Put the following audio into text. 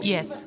Yes